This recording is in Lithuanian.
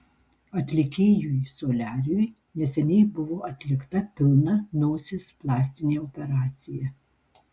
atlikėjui soliariui neseniai buvo atlikta pilna nosies plastinė operacija